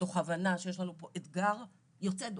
תוך הבנה שיש לנו פה אתגר יוצא דופן,